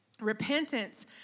Repentance